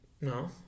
No